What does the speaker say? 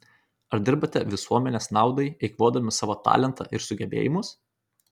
ar dirbate visuomenės naudai eikvodami savo talentą ir sugebėjimus